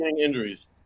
injuries